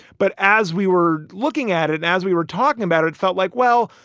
but as we were looking at it, and as we were talking about, it felt like, well,